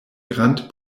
grand